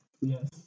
Yes